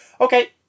okay